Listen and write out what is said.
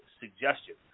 suggestion